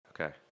Okay